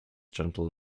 gentle